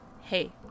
hey